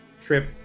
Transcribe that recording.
trip